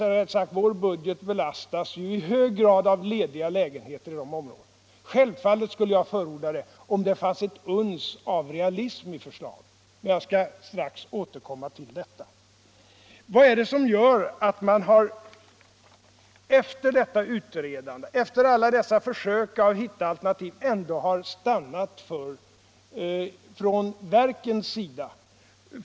Vår budget Tisdagen den belastas i hög grad av lediga lägenheter i områdena. Självfallet skulle 24 februari 1976 jag förorda dem om det fanns ett uns realism i förslaget. Jag skall strax återkomma till detta. Om lokalisering av Vad är det som gör att verken efter detta utredande, efter alla dessa — SJ och posttermiförsök att hitta alternativ, ändå har stannat för denna lösning?